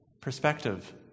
perspective